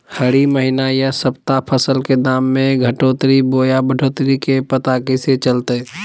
हरी महीना यह सप्ताह फसल के दाम में घटोतरी बोया बढ़ोतरी के पता कैसे चलतय?